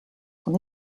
son